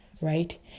right